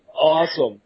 awesome